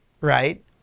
right